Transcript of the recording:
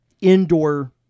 indoor